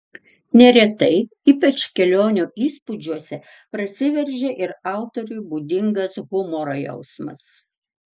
neretai ypač kelionių įspūdžiuose prasiveržia ir autoriui būdingas humoro jausmas